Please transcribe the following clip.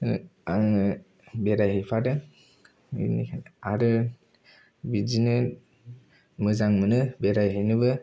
आङो बेरायहैफादों बेनिखायनो आरो बिदिनो मोजां मोनो बेरायहैनोबो